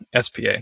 SPA